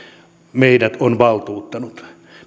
meidät on valtuuttanut